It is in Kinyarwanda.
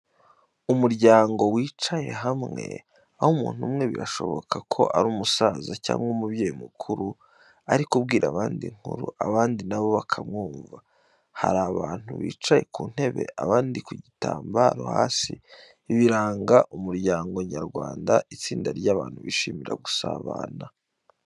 Umuryango wicaye hamwe, aho umuntu umwe birashoboka ko ari umusaza cyangwa umubyeyi mukuru ari kubwira abandi inkuru, abandi na bo bakamwumva. Hari abantu bicaye ku ntebe, abandi ku gitambaro hasi. Ibi biranga umuryango cyangwa itsinda ry'abantu bishimira gusabana.